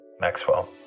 Maxwell